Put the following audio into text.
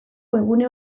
webgune